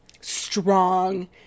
strong